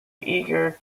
eager